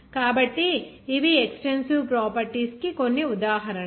కాబట్టి ఇవి extensive properties కు కొన్ని ఉదాహరణలు